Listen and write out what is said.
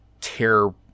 tear